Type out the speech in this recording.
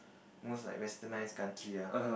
most like westernised country ah